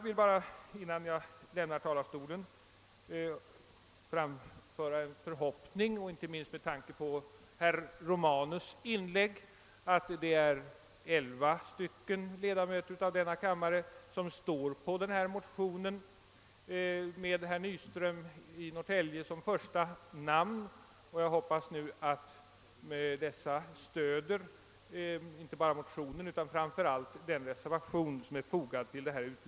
Innan jag lämnar talarstolen vill jag bara framföra den förhoppningen — inte minst med tanke på herr Romanus inlägg — att de tio ledamöter av denna kammare som undertecknat denna fyrpartimotion med herr Nyström i Norrtälje som första namn stöder inte bara motionen utan framför allt den reservation som är fogad till betänkandet.